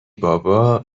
بابا